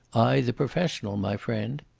i the professional, my friend.